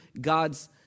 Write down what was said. God's